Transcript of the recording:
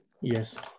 Yes